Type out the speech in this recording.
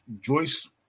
Joyce